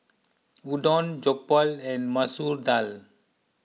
Udon Jokbal and Masoor Dal